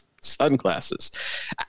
sunglasses